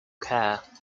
care